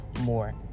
more